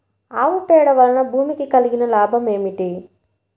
ఆవు పేడ వలన భూమికి కలిగిన లాభం ఏమిటి?